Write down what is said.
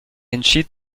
entschied